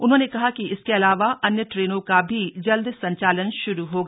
उन्होंने कहा कि इसके अलावा अन्य ट्रेनों का भी जल्द संचालन शुरू होगा